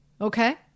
Okay